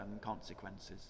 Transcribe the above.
consequences